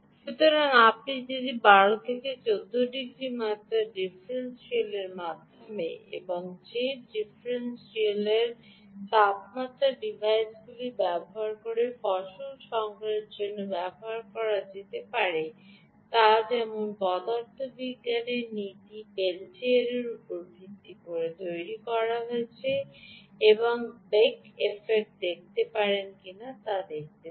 সুতরাং আপনি প্রায় 12 থেকে 14 ডিগ্রি তাপমাত্রার ডিফারেনশিয়ালের মধ্যে এবং যে ডিফারেন্সিয়াল তাপমাত্রা ডিভাইসগুলি ব্যবহার করে ফসল সংগ্রহের জন্য ব্যবহার করা যেতে পারে তা যেমন পদার্থবিজ্ঞানের নীতি পেল্টিয়ারের উপর ভিত্তি করে তৈরি করা হয়েছে এবং বেইক এফেক্টটি দেখতে পারেন কিনা তা দেখতে পারেন